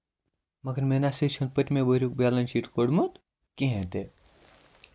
مَگر مےٚ نا سا چھُنہٕ پٔتمہِ ؤریُک بیلَنس شیٖٹ کوٚڈمُت کِہیٖنٛۍ تہِ